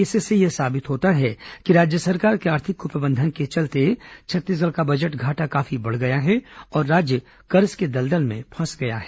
इससे यह साबित होता है कि राज्य सरकार के आर्थिक कुप्रबंधन के चलते छत्तीसगढ़ का बजट घाटा काफी बढ़ गया है और राज्य कर्ज के दलदल में फंस गया है